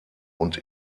und